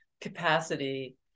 capacity